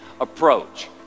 approach